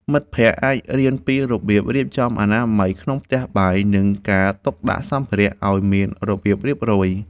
មិត្តភក្តិអាចរៀនពីរបៀបរៀបចំអនាម័យក្នុងផ្ទះបាយ និងការទុកដាក់សម្ភារៈឱ្យមានរបៀបរៀបរយ។